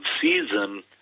season